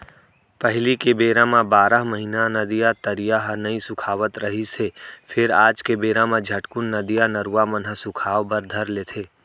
पहिली के बेरा म बारह महिना नदिया, तरिया ह नइ सुखावत रिहिस हे फेर आज के बेरा म झटकून नदिया, नरूवा मन ह सुखाय बर धर लेथे